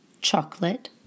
chocolate